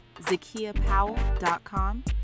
zakiapowell.com